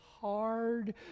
hard